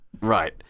Right